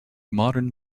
modern